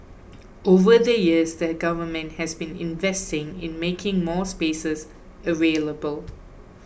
over the years the government has been investing in making more spaces available